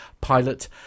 Pilot